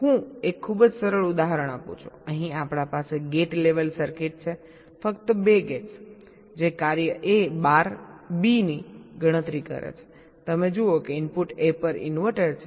હું એક ખૂબ જ સરળ ઉદાહરણ આપું છું અહીં આપણી પાસે ગેટ લેવલ સર્કિટ છેફક્ત 2 ગેટ્સ જે કાર્ય A બાર B ની ગણતરી કરે છે તમે જુઓ કે ઇનપુટર A પર ઇન્વર્ટર છે